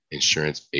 insurance